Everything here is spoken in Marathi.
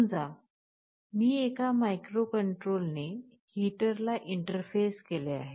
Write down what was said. समजा मी एका मायक्रोकंट्रोलरने हीटरला इंटरफेस केले आहे